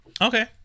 okay